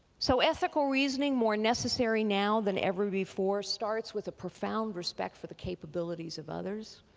so ethical reasoning, more necessary now then ever before starts with a profound respect for the capabilities of others.